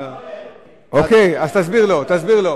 אתה לא מתבייש?